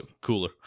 cooler